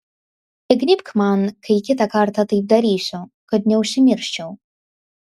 įgnybk man kai kitą kartą taip darysiu kad neužsimirščiau